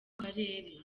karere